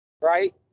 right